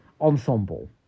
ensemble